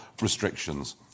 restrictions